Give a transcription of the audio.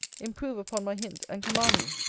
improve upon my hint, and command me.